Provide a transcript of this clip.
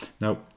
Now